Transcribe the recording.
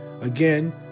again